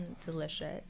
Delicious